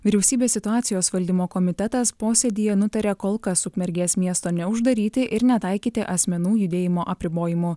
vyriausybės situacijos valdymo komitetas posėdyje nutarė kol kas ukmergės miesto neuždaryti ir netaikyti asmenų judėjimo apribojimų